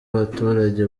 abaturage